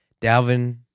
Dalvin